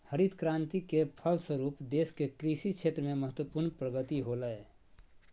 हरित क्रान्ति के फलस्वरूप देश के कृषि क्षेत्र में महत्वपूर्ण प्रगति होलय